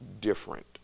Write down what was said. different